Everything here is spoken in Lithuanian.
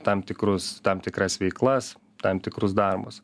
tam tikrus tam tikras veiklas tam tikrus darbus